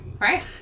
Right